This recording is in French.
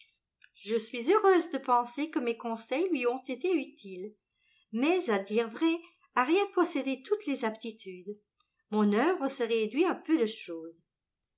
je suis heureuse de penser que mes conseils lui ont été utiles mais à dire vrai harriet possédait toutes les aptitudes mon œuvre se réduit à peu de chose